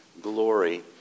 glory